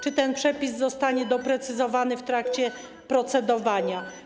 Czy ten przepis zostanie doprecyzowany w trakcie procedowania?